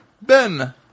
Ben